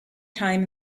time